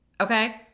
Okay